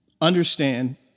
Understand